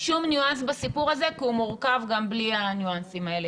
שום ניואנס בסיפור הזה כי הוא מורכב גם בלי הניואנסים האלה.